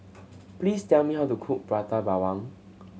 please tell me how to cook Prata Bawang